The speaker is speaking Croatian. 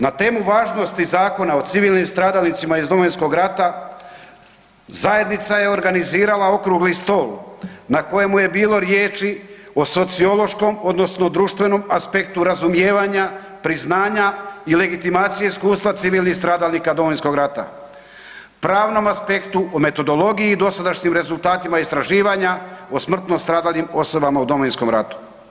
Na temu važnosti Zakona o civilnim stradalnicima iz Domovinskog rata, zajednica je organizirala Okrugli stol na kojemu je bilo riječi o sociološkom odnosno društvenom aspektu razumijevanja, priznanja i legitimacije iskustva civilnih stradalnika Domovinskog rata, pravnom aspektu, u metodologiji dosadašnjim rezultatima istraživanja o smrtno stradalim osobama u Domovinskom ratu.